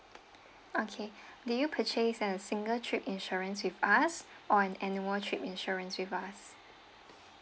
okay did you purchase as a single trip insurance with us or an annual trip insurance with us